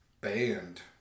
band